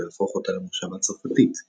וייטנאם ולהפוך אותה למושבה צרפתית.